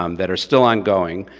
um that are still ongoing.